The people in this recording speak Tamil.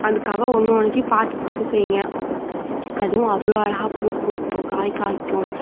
அதுக்காக ஒன்று ஒன்றுத்தையும் பார்த்து பார்த்து செய்யுங்கள் அதுவும் அவ்வளோ அழகாக பூ பூக்கும் காய் காய்க்கும்